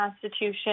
constitution